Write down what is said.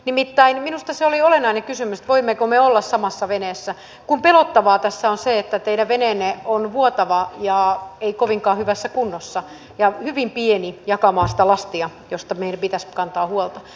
nimittäin minusta se voimmeko me olla samassa veneessä oli olennainen kysymys kun pelottavaa tässä on se että teidän veneenne on vuotava ei kovinkaan hyvässä kunnossa ja hyvin pieni jakamaan sitä lastia josta meidän pitäisi kantaa huolta